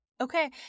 Okay